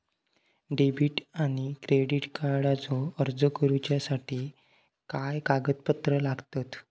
Debit आणि credit कार्डचो अर्ज करुच्यासाठी काय कागदपत्र लागतत?